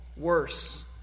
worse